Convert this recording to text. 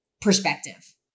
perspective